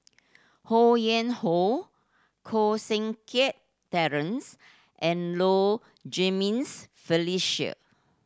Ho Yuen Hoe Koh Seng Kiat Terence and Low Jimenez Felicia